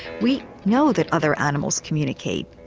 we know that other animals communicate,